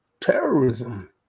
terrorism